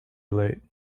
late